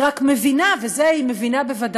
הוא רק מבין, ואת זה הוא מבין בוודאות,